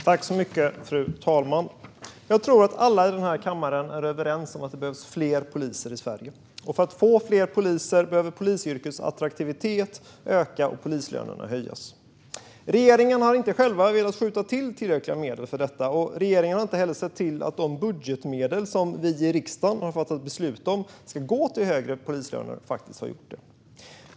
Fru talman! Jag tror att alla i den här kammaren är överens om att det behövs fler poliser i Sverige, och för att få fler poliser behöver polisyrkets attraktivitet öka och polislönerna höjas. Regeringen har inte själv velat skjuta till tillräckliga medel för detta, och man har inte heller sett till att de budgetmedel som vi i riksdagen har fattat beslut om ska gå till högre polislöner faktiskt har gjort det.